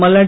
Malladi